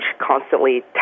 constantly